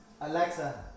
Alexa